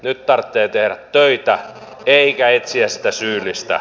nyt tarttee tehrä töitä eikä etsiä sitä syyllistä